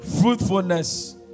fruitfulness